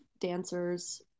dancers